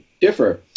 differ